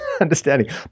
understanding